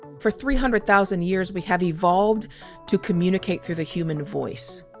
for three hundred thousand years, we have evolved to communicate through the human voice.